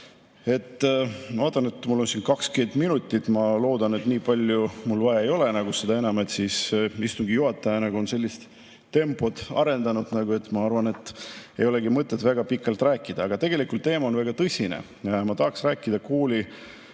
Ma vaatan, et mul on aega 20 minutit. Ma loodan, et nii palju mul vaja ei ole. Seda enam, et istungi juhataja on sellist tempot arendanud, et ma arvan, et ei olegi mõtet väga pikalt rääkida. Aga tegelikult on teema väga tõsine. Ma tahaksin rääkida koolilõuna